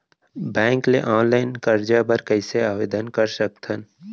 Bank ले online करजा बर कइसे आवेदन कर सकथन?